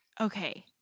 Okay